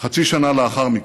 חצי שנה לאחר מכן.